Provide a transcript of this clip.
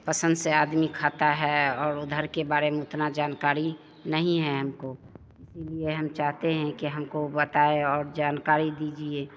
पसन्द से आदमी खाता है और उधर के बारे में उतनी जानकारी नहीं है हमको इसलिए हम चाहते हैं कि हमको बताएँ और जानकारी दीजिए